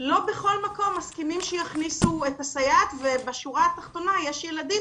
לא בכל מקום מסכימים שיכניסו את הסייעת ובשורה התחתונה יש ילדים